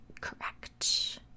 correct